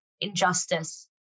injustice